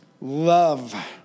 love